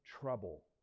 trouble